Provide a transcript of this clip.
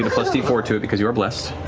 and plus d four to it because you are blessed.